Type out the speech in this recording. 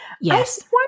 Yes